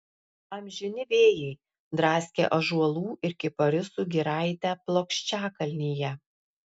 amžini vėjai draskė ąžuolų ir kiparisų giraitę plokščiakalnyje